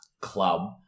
club